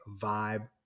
vibe